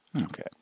Okay